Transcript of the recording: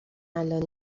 الان